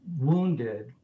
wounded